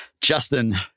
Justin